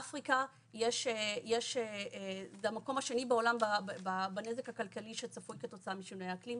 ואפריקה זה המקום השני בעולם בנזק הכלכלי שצפוי כתוצאה משינויי האקלים,